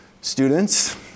students